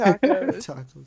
Tacos